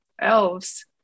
elves